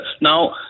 Now